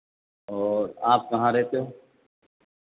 और आप कहाँ रहते हो